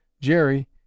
Jerry